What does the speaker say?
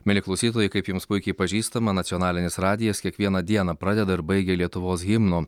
mieli klausytojai kaip jums puikiai pažįstama nacionalinis radijas kiekvieną dieną pradeda ir baigia lietuvos himnu